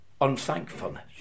unthankfulness